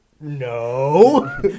no